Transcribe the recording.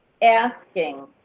Asking